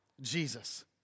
Jesus